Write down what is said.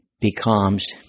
becomes